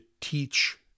teach